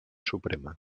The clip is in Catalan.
suprema